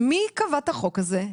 מי קבע את החוק הזה?